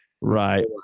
Right